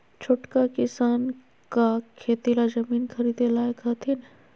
छोटका किसान का खेती ला जमीन ख़रीदे लायक हथीन?